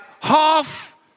half